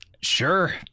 sure